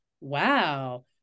wow